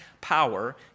power